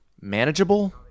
manageable